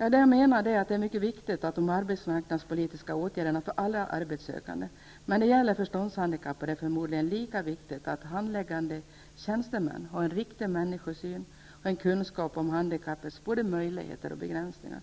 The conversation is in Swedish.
ansökningar. De arbetsmarknadspolitiska åtgärderna är alltså mycket viktiga för alla arbetssökande. När det gäller de förståndshandikappade är det förmodligen lika viktigt att handläggande tjänstemän har en riktig människosyn och kunskaper om de handikappades möjligheter och begränsningar.